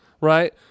right